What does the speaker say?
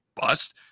bust